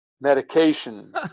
medication